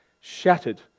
shattered